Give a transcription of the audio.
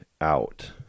out